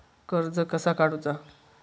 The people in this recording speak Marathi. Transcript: कर्ज कसा काडूचा?